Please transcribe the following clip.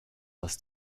was